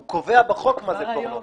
היא קובעת בחוק מה זה פורנו.